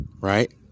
Right